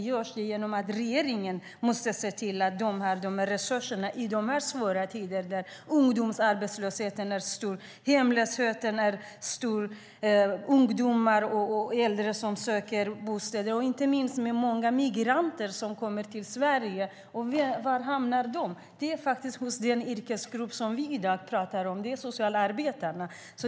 Regeringen måste se till att de har resurser i dessa svåra tider där ungdomsarbetslösheten är stor och där hemlösheten är stor. Både ungdomar och äldre söker bostad. Många immigranter kommer till Sverige. Var hamnar de? Jo, hos den yrkesgrupp som vi talar om i dag, nämligen socialarbetarna.